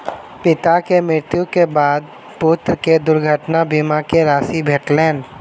पिता के मृत्यु के बाद पुत्र के दुर्घटना बीमा के राशि भेटलैन